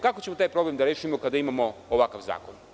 Kako ćemo taj problem da rešimo kada imamo ovakav zakon?